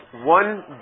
one